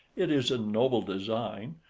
it is a noble design,